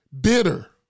bitter